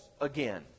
again